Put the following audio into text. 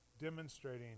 demonstrating